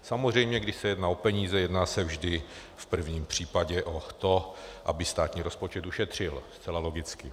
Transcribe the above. Samozřejmě, když se jedná o peníze, jedná se vždy v prvním případě o to, aby státní rozpočet ušetřil, zcela logicky.